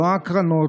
לא ההקרנות,